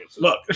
Look